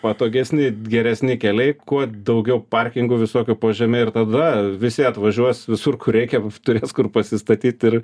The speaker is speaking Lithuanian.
patogesni geresni keliai kuo daugiau parkingo visokio po žeme ir tada visi atvažiuos visur kur reikia turės kur pasistatyt ir